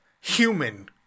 Human